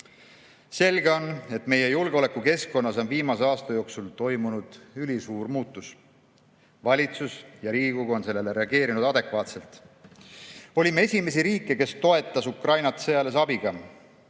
näide. Selge on, et meie julgeolekukeskkonnas on viimase aasta jooksul toimunud ülisuur muutus. Valitsus ja Riigikogu on sellele reageerinud adekvaatselt. Olime esimesi riike, kes toetas Ukrainat sõjalise abiga.